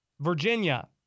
Virginia